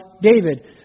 David